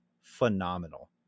phenomenal